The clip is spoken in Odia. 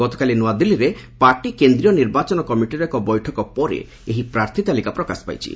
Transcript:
ଗତକାଲି ନ୍ତଆଦିଲ୍ଲୀରେ ପାର୍ଟି କେନ୍ଦ୍ରୀୟ ନିର୍ବାଚନ କମିଟିର ଏକ ବୈଠକ ପରେ ଏହି ପ୍ରାର୍ଥୀ ତାଲିକା ପ୍ରକାଶ ପାଇଛି